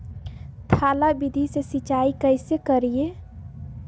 थाला विधि से सिंचाई कैसे करीये?